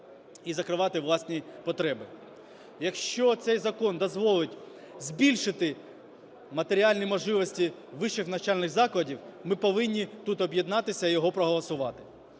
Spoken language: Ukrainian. і закривати власні потреби. Якщо цей закон дозволить збільшити матеріальні можливості вищих навчальних закладів, ми повинні тут об'єднатися і його проголосувати.